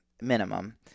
minimum